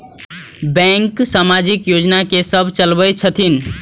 Bank समाजिक योजना की सब चलावै छथिन?